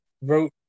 wrote